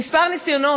כמה ניסיונות,